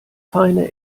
feine